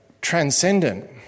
transcendent